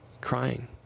crying